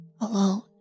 alone